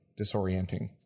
disorienting